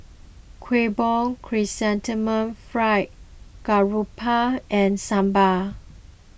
Kueh Bom Chrysanthemum Fried Garoupa and Sambal